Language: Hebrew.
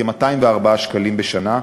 כ-204 שקלים בשנה.